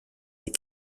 des